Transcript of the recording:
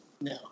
No